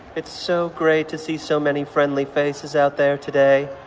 it's so great to see so many friendly faces out there today.